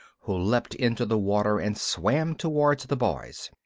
who leapt into the water and swam towards the boys.